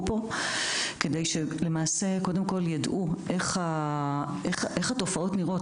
פה כדי שלמעשה קודם כל יידעו איך התופעות נראות,